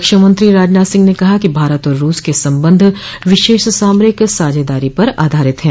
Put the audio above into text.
रक्षामंत्री राजनाथ सिंह ने कहा है कि भारत और रूस के संबंध विशेष सामरिक साझेदारी पर आधारित हैं